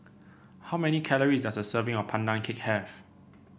how many calories does a serving of Pandan Cake have